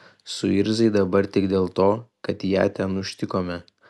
suirzai dabar tik dėl to kad ją ten užtikome